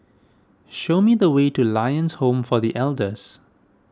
show me the way to Lions Home for the Elders